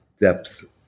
depth